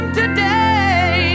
today